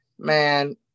man